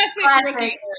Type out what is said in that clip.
Classic